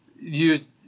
use